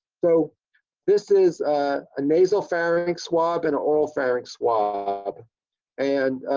so this is a nasal pharynx swab and oral pharynx swab and